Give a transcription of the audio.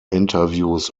interviews